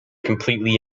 completely